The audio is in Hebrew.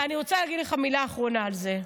אני רוצה להגיד לך מילה אחרונה על זה: